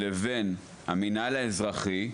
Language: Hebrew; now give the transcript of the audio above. לבין המינהל האזרחי,